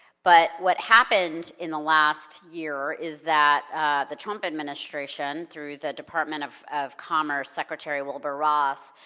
but what happened in the last year is that the trump administration, through the department of of commerce secretary wilbur ross,